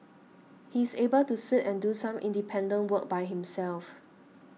he's able to sit and do some independent work by himself